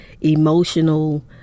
emotional